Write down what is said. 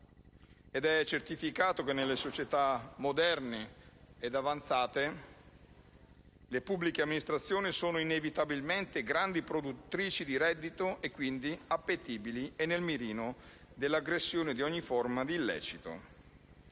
È certificato che nelle società moderne ed avanzate le pubbliche amministrazioni sono inevitabilmente grandi produttrici di reddito e quindi appetibili e nel mirino dell'aggressione di ogni forma di illecito.